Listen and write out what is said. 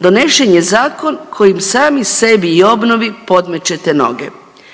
donešen je zakon kojim sami sebi i obnovi podmećete noge.